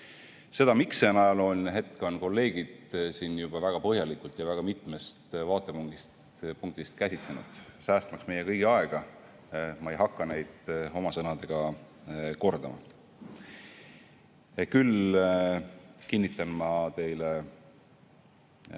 Seda, miks see on ajalooline hetk, on kolleegid siin juba väga põhjalikult ja mitmest vaatepunktist käsitlenud. Säästmaks meie kõigi aega, ma ei hakka seda kõike oma sõnadega kordama. Küll kinnitan ma teile seda,